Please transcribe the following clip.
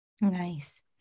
Nice